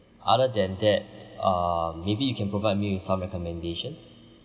other than that uh maybe you can provide me with some recommendations